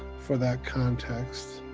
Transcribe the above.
for that context,